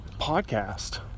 podcast